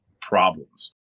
problems